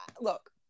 Look